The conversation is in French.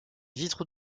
vitraux